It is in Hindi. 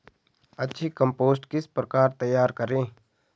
अच्छी कम्पोस्ट किस प्रकार तैयार करें?